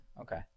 Okay